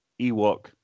Ewok